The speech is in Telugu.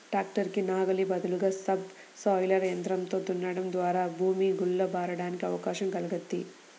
ట్రాక్టర్ కి నాగలి బదులుగా సబ్ సోయిలర్ యంత్రంతో దున్నడం ద్వారా భూమి గుల్ల బారడానికి అవకాశం కల్గిద్ది